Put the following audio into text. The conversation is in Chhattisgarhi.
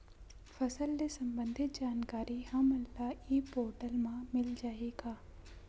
फसल ले सम्बंधित जानकारी हमन ल ई पोर्टल म मिल जाही का?